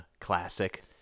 classic